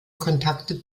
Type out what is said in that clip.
kontakte